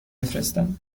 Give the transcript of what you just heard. بفرستم